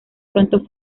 pronto